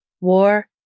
War